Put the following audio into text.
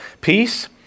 Peace